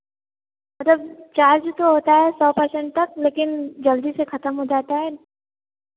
मतलब चार्ज तो होता है सौ परसेंट तक लेकिन जल्दी से ख़त्म हो जाता है